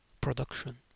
production